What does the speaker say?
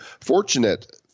fortunate